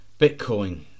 Bitcoin